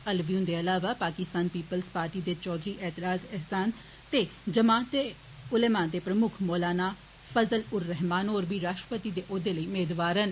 अलवी हुन्दे अलावा पाकिस्तान पीपल्ड़ा पार्टी दे चौघरी ऐतज़ाज एहसान ते जमात ए उलेमा दे प्रमुक्ख मौलाना फजल उर रहमान होर बी राष्ट्रपति दे औहदे लेई मेदवार न